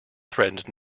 threatened